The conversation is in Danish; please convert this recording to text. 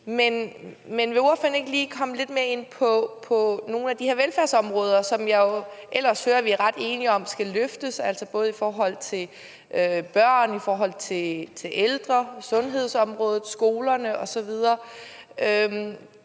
Men vil ordføreren ikke lige komme lidt mere ind på nogle af de her velfærdsområder, som jeg jo ellers hører at vi er ret enige om skal løftes, altså både i forhold til børn, i forhold til ældre, sundhedsområdet, skolerne osv.?